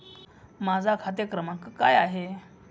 माझा खाते क्रमांक काय आहे?